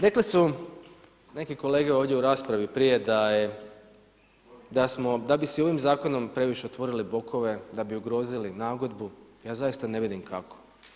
Rekli su neki kolege ovdje u raspravi prije da bi si ovim Zakonom previše otvorili bokove, da bi ugrozili nagodbu, zaista ne vidim kako.